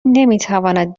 نمیتواند